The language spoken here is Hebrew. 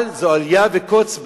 אבל זו אליה וקוץ בה,